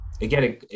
Again